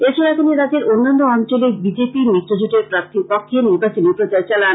এছাড়া তিনি রাজ্যের অন্যান্য অঞ্চলে বিজেপি মিত্রজোটের প্রার্থীর পক্ষে নির্বাচনী প্রচার চালান